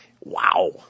Wow